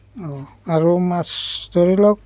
অঁ আৰু মাছ ধৰি লওক